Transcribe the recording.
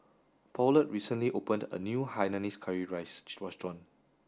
Paulette recently opened a new hainanese curry rice restaurant